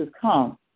come